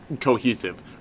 cohesive